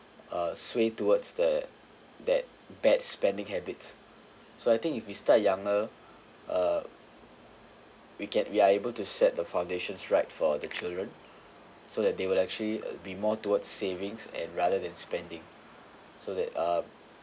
uh sway towards that that bad spending habits so I think if we start younger uh we can we are able to set the foundations right for the children so that they would actually be more towards savings and rather than spending so that uh